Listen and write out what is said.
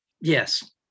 Yes